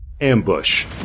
ambush